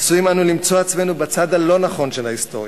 עשויים אנו למצוא עצמנו בצד הלא-נכון של ההיסטוריה,